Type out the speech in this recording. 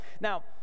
Now